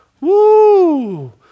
Woo